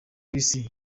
isi